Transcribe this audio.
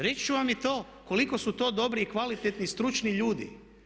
Reći ću vam i to koliko su to dobri i kvalitetni stručni ljudi.